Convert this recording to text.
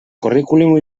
currículum